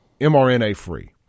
MRNA-free